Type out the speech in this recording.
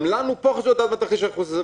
גם לנו פה חשוב לדעת מה תרחיש הייחוס הזה.